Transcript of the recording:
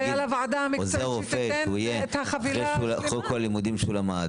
עוזר רופא אחרי כל הלימודים שהוא למד